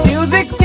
Music